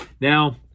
Now